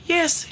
Yes